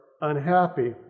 unhappy